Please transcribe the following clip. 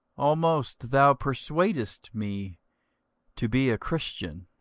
almost thou persuadest me to be a christian.